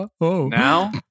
Now